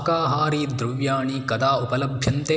शाकाहारी द्रव्याणि कदा उपलभ्यन्ते